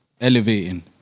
elevating